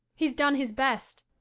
he's done his best.